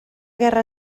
guerra